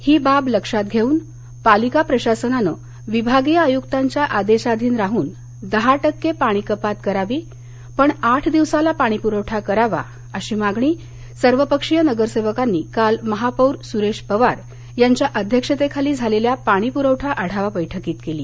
ही बाब लक्षात घेऊन पालिका प्रशासनानं विभागीय आयुक्तांच्या आदेशाधिन राहून दहा टक्के पाणी कपात करावी पण आठ दिवसाला पाणी पुरवठा करावा अशी मागणी सर्वपक्षीय नगरसेवकांनी काल महापौर सुरेश पवार यांच्या अध्यक्षतेखाली झालेल्या पाणी पूरवठा आढावा बैठकीत केली